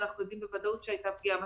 אנחנו יודעים בוודאות שהייתה פגיעה משמעותית.